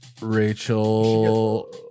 Rachel